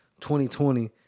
2020